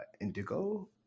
Indigo